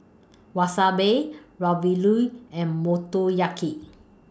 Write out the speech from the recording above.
Wasabi Ravioli and Motoyaki